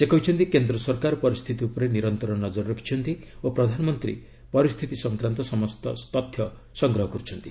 ସେ କହିଛନ୍ତି କେନ୍ଦ୍ର ସରକାର ପରିସ୍ଥିତି ଉପରେ ନିରନ୍ତର ନଜର ରଖିଛନ୍ତି ଓ ପ୍ରଧାନମନ୍ତ୍ରୀ ପରିସ୍ଥିତି ସଂକ୍ରାନ୍ତ ସମସ୍ତ ତଥ୍ୟ ସଂଗ୍ରହ କର୍ଚ୍ଛନ୍ତି